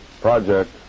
project